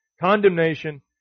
condemnation